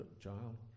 child